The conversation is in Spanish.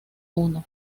uno